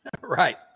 Right